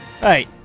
Hey